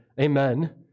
Amen